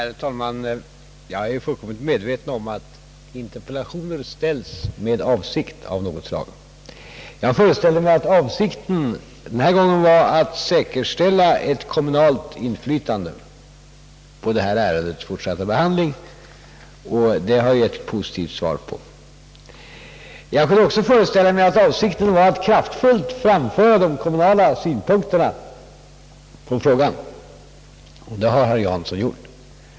Herr talman! Jag är fullkomligt medveten om att interpellationer ställs med avsikt av något slag. Jag föreställer mig att avsikten denna gång var att säkerställa ett kommunalt inflytande på detta ärendes fortsatta behandling, och det har jag givit ett positivt svar på. Jag vill också föreställa mig att en avsikt var att kraftfullt framföra de kommunala synpunkterna på frågan, och det har herr Jansson gjort.